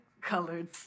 Colored